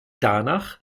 danach